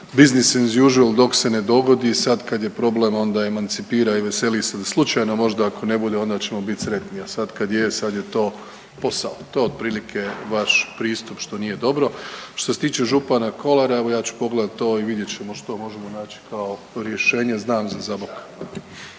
bussiness inusual dok se ne dogodi. Sad kad je problem onda emancipira ili seli. Slučajno možda ako ne bude onda ćemo bit sretni, a sad kad je sad je to posao. To je otprilike vaš pristup što nije dobro. Što se tiče župana Kolara evo ja ću pogledati to i vidjet ćemo što možemo naći kao rješenje. Znam za Zabok.